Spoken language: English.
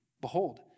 Behold